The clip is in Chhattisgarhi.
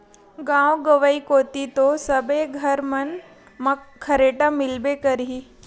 गाँव गंवई कोती तो सबे घर मन म खरेटा मिलबे करही